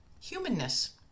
humanness